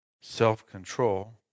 self-control